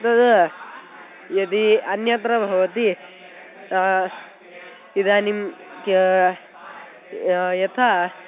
तद् यदि अन्यत्र भवति इदानीं यथा